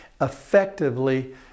effectively